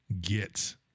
get